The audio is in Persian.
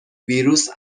ویروس